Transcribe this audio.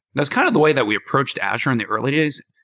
that's kind of the way that we approached azure in the early days.